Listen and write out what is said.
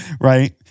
Right